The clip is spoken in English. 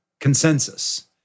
consensus